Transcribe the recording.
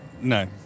No